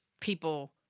people